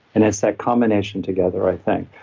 and it's that combination together, i think.